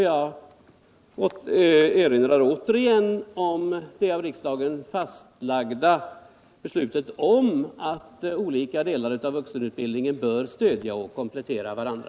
Jag erinrar återigen om det av riksdagen fastlagda beslutet om att olika delar av vuxenutbildningen bör stödja och komplettera varandra.